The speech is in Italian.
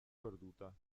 perduta